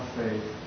faith